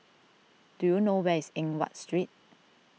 do you know where is Eng Watt Street